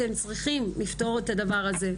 אתם צריכים לפתור את הדבר הזה,